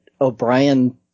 o'brien